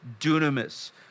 dunamis